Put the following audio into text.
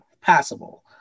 passable